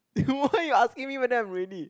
then why you asking me whether I'm ready